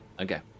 okay